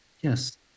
Yes